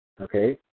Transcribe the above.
okay